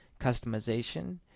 customization